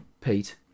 Pete